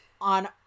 on